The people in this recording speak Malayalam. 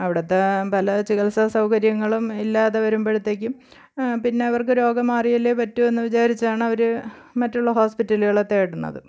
അവിടത്തെ പല ചികിത്സ സൗകര്യങ്ങളും ഇല്ലാതെ വരുമ്പോഴത്തേക്കും പിന്നെ അവർക്ക് രോഗം മാറിയല്ലേ പറ്റൂ എന്ന് വിചാരിച്ചാണ് അവർ മറ്റുള്ള ഹോസ്പിറ്റലുകൾ തേടണത്